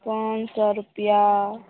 पॉँच सए रुपिआ